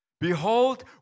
Behold